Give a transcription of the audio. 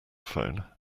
phone